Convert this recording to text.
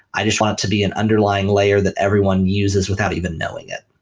i just want it to be an underlying layer that everyone uses without even knowing it.